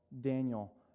Daniel